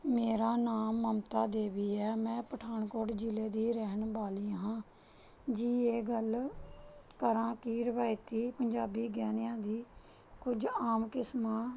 ਮੇਰਾ ਨਾਮ ਮਮਤਾ ਦੇਵੀ ਹੈ ਮੈਂ ਪਠਾਨਕੋਟ ਜ਼ਿਲ੍ਹੇ ਦੀ ਰਹਿਣ ਵਾਲੀ ਹਾਂ ਜੀ ਇਹ ਗੱਲ ਕਰਾਂ ਕਿ ਰਵਾਇਤੀ ਪੰਜਾਬੀ ਗਹਿਣਿਆਂ ਦੀ ਕੁਝ ਆਮ ਕਿਸਮਾਂ